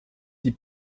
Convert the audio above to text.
die